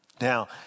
now